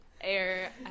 Air